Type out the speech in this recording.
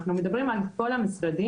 אנחנו מדברים על כל המשרדים,